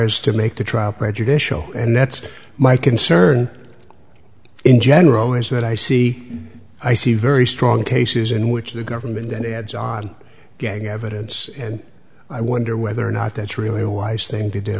as to make the trial prejudicial and that's my concern in general is that i see i see very strong cases in which the government then they had john gave evidence and i wonder whether or not that's really a wise thing to do